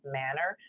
manner